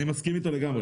אני מסכים איתו לגמרי.